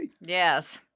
Yes